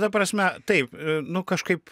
ta prasme taip nu kažkaip